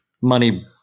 money